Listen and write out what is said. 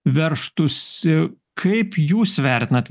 veržtųsi kaip jūs vertinat